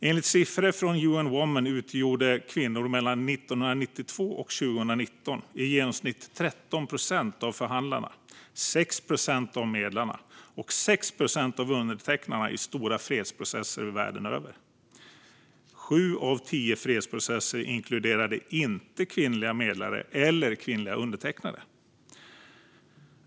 Enligt siffror från UN Women utgjorde kvinnor mellan 1992 och 2019 i genomsnitt 13 procent av förhandlarna, 6 procent av medlarna och 6 procent av undertecknarna i stora fredsprocesser världen över. Sju av tio fredsprocesser inkluderande inte kvinnliga medlare eller kvinnliga undertecknare.